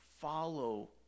follow